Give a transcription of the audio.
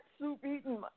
soup-eating